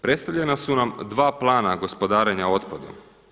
Predstavljena su nam dva plana gospodarenja otpadom.